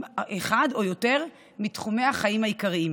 אחד או יותר מתחומי החיים העיקריים.